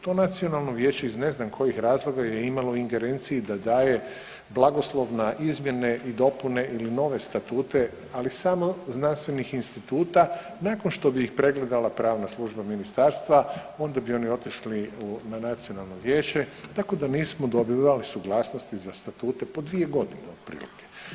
To Nacionalno vijeće iz ne znam kojih razloga je imalo u ingerenciji da daje blagoslov na izmjene i dopune ili nove statute ali samo znanstvenih instituta nakon što bi ih pregledala pravna služba ministarstva, onda bi oni otišli na Nacionalno vijeće, tako da nismo dobivali suglasnosti za statute po dvije godine otprilike.